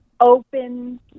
open